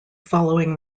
following